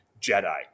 Jedi